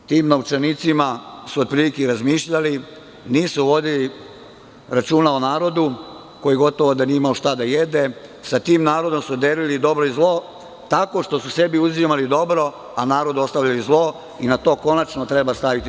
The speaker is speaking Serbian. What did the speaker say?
Tim novčanicima su otprilike i razmišljali, nisu vodili računa o narodu, koji gotovo da nije imao šta da jede, sa tim narodom su delili dobro i zlo, tako što su sebi uzimali dobro, a narodu ostavili zlo i na to konačno treba staviti tačku.